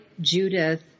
Judith